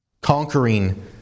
conquering